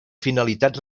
finalitat